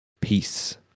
Peace